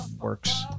works